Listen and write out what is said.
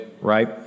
right